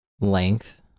length